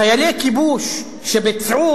חיילי כיבוש שביצעו,